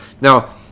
Now